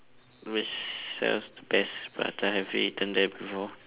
which sells best prata have you eaten there before